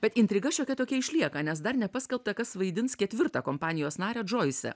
bet intriga šiokia tokia išlieka nes dar nepaskelbta kas vaidins ketvirtą kompanijos narę džoisę